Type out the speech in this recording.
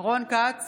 רון כץ,